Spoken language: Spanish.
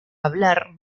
hablar